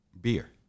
beer